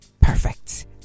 Perfect